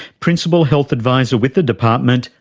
principal health advisor with the department,